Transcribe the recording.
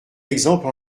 exemple